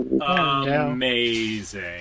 Amazing